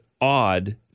odd